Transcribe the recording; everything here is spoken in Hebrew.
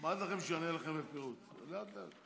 אמרתי לכם שהוא יענה לכם בפירוט, אז לאט-לאט.